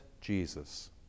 Jesus